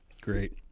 Great